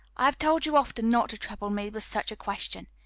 i have told you often not to trouble me with such a question.